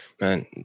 Man